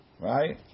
Right